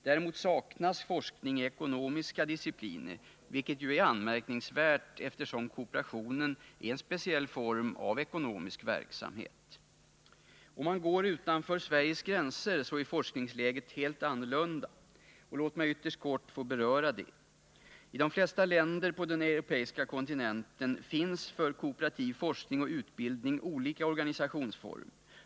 Däremot saknas forskning i ekonomiska discipliner, vilket är anmärkningsvärt eftersom kooperationen är en speciell form av ekonomisk verksamhet. Om man går utanför Sveriges gränser finner man att forskningsläget är helt annorlunda. Låt mig ytterst kort få beröra detta. I de flesta länder på den europeiska kontinenten finns för kooperativ forskning och utbildning olika organisationsformer.